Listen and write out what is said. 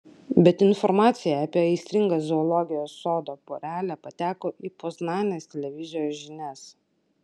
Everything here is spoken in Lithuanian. bet informacija apie aistringą zoologijos sodo porelę pateko į poznanės televizijos žinias